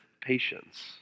patience